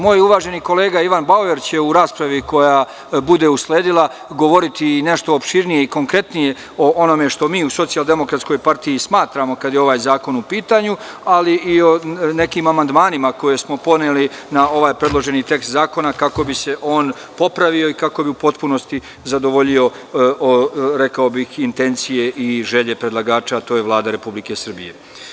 Moj uvaženi kolega Ivan Bauer će u raspravi koja bude usledila govoriti nešto opširnije i konkretnije o onome što mi u SDPS smatramo kada je ovaj zakon u pitanju, ali i o nekim amandmanima koje smo podneli na ovaj predloženi tekst zakona, kako bi se on popravio i kako bi u potpunosti zadovoljio, rekao bih, intencije i želje predlagača, a to je Vlada Republike Srbije.